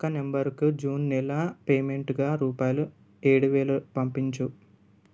అక్క నంబర్కు జూన్ నెల పేమెంటుగా రూపాయలు ఏడు వేలు పంపించు